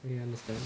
okay understand